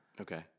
okay